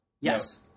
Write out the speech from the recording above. Yes